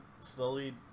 slowly